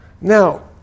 Now